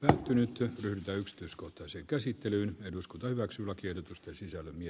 ärtynyt työttömyyttä yksityiskohtaiseen käsittelyyn eduskunta hyväksyy lakiehdotusten sisällön ja